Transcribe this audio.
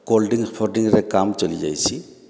coal drink ଫୋଲଡ୍ରିଂକ୍ରେ କାମ୍ ଚଲି ଯାଇସି